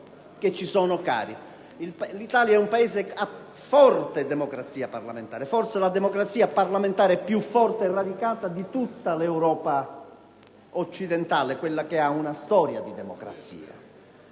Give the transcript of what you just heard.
L'Italia è un Paese dove la democrazia parlamentare è forte, forse è la democrazia parlamentare più forte e radicata di tutta l'Europa occidentale - quella che ha una storia di democrazia